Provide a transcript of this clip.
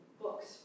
books